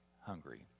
hungry